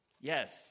Yes